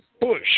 Bush